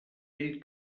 vell